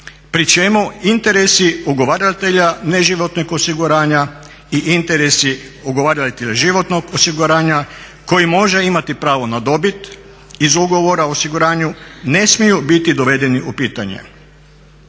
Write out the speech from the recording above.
pri čemu interesi ugovaratelja neživotnog osiguranja i interesi ugovaratelja životnog osiguranja koji može imati pravo na dobit iz ugovora o osiguranju ne smiju biti dovedeni u pitanje.